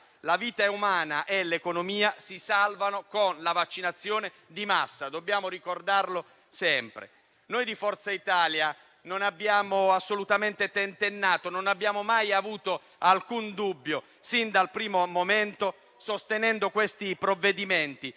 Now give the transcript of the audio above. La vita umana e l'economia si salvano con la vaccinazione di massa: dobbiamo ricordarlo sempre. Noi di Forza Italia non abbiamo assolutamente tentennato, non abbiamo mai avuto alcun dubbio, fin dal primo momento, sostenendo questi provvedimenti,